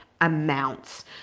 amounts